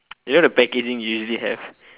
you know the packaging you usually have